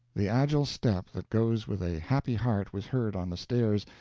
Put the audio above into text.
the agile step that goes with a happy heart was heard on the stairs,